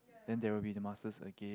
then there will be the masters again